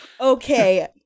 Okay